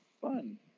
fun